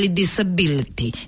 disability